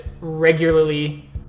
regularly